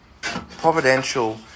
providential